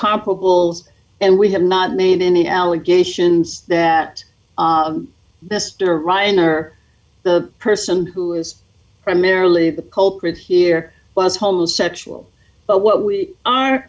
comparables and we have not made any allegations that mr ryan or the person who is primarily the culprit here was homosexual but what we are